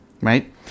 right